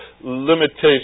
Limitations